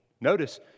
Notice